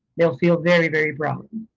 they'll feel very, very proud.